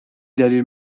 دلیل